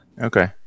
okay